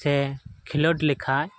ᱥᱮ ᱠᱷᱮᱞᱳᱰ ᱞᱮᱠᱷᱟᱡ